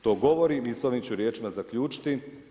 To govorim i s ovim ću riječima zaključiti.